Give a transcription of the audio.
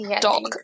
Dog